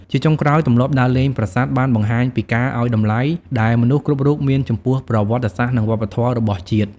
ជាចុងក្រោយ ទម្លាប់ដើរលេងប្រាសាទបានបង្ហាញពីការឱ្យតម្លៃដែលមនុស្សគ្រប់រូបមានចំពោះប្រវត្តិសាស្ត្រនិងវប្បធម៌របស់ជាតិ។